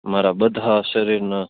મારા બધા શરીરના